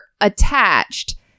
attached